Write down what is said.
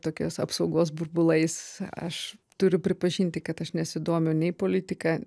tokios apsaugos burbulais aš turiu pripažinti kad aš nesidomiu nei politika